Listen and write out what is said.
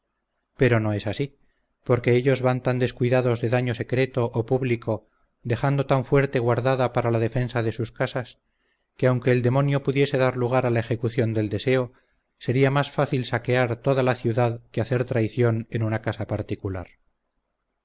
pero no es así porque ellos van tan descuidados de daño secreto o público dejando tan fuerte guarda para la defensa de sus casas que aunque el demonio pudiese dar lugar a la ejecución del deseo sería más fácil saquear toda la ciudad que hacer traición en una casa particular